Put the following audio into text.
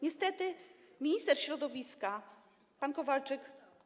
Niestety minister środowiska pan Kowalczyk.